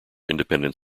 independent